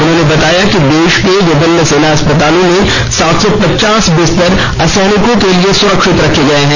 उन्होंने बताया कि देश के विभिन्न सेना अस्पतालों में सात सौ पचास बिस्तर असैनिकों के लिए आरक्षित किए गए हैं